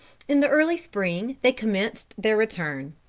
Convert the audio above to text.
in the early spring they commenced their return.